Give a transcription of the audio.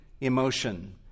emotion